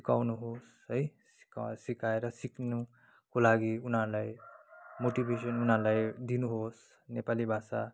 सिकाउनुहोस् है सिक सिकाएर सिक्नुको लागि उनीहरूलाई मोटिभेसन उनीहरूलाई दिनुहोस् नेपाली भाषा